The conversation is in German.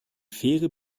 faire